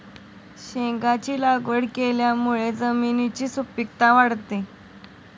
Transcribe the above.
शेंगांची लागवड केल्यामुळे जमिनीची सुपीकता वाढते